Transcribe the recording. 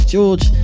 George